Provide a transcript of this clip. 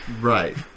Right